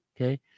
okay